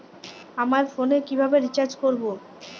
আমার ফোনে কিভাবে রিচার্জ করবো?